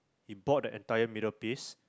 he bought the entire middle piece